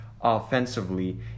offensively